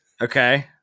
okay